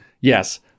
Yes